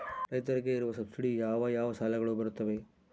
ರೈತರಿಗೆ ಇರುವ ಸಬ್ಸಿಡಿ ಯಾವ ಯಾವ ಸಾಲಗಳು ಬರುತ್ತವೆ?